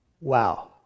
Wow